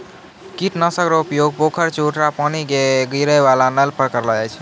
कीट नाशक रो उपयोग पोखर, चवुटरा पानी गिरै वाला नल पर करलो जाय छै